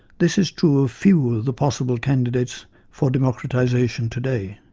this is true of few of the possible candidates for democratisation today.